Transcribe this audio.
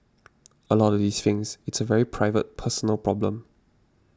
a lot of these things it's a very private personal problem